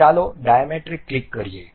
તો ચાલો diametric click કરીએ